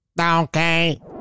Okay